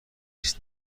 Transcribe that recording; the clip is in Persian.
است